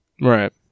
Right